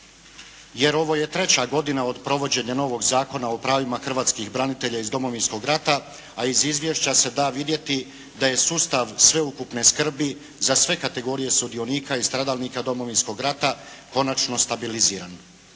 jer ovo je treća godina od provođenja novog Zakona o pravima hrvatskih branitelja iz Domovinskog rata, a iz izvješća se da vidjeti da je sustav sveukupne skrbi za sve kategorije sudionika i stradalnika Domovinskog rata konačno stabilizirano.